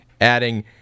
Adding